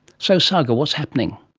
so saga, what's happening?